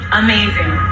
amazing